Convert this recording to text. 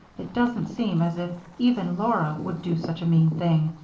it doesn't seem as if even laura would do such a mean thing.